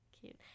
cute